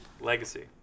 Legacy